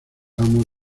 amo